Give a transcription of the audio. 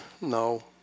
No